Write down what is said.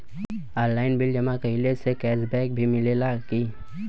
Online bill जमा कईला से कैश बक भी मिलेला की?